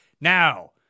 Now